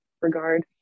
regard